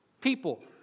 people